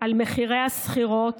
על מחירי השכירות